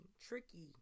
Tricky